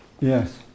Yes